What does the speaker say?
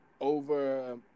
over